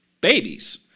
babies